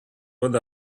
but